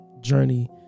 Journey